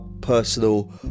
personal